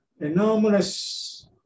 enormous